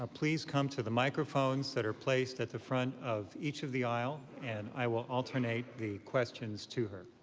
ah please come to the microphones that are placed at the front of each of the aisles, and i will alternate the questions to her.